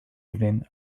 evening